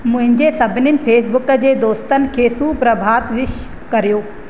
मुंहिंजे सभिनी फेसबुक जे दोस्तनि खे सुप्रभात विश करियो